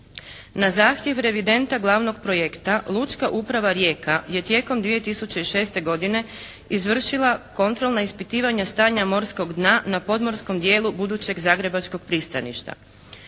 Na zahtjev revidenta glavnog projekta Lučka uprava Rijeka je tijekom 2006. godine izvršila kontrolna ispitivanja stanja morskog dna na podmorskom dijelu budućeg zagrebačkog pristaništa.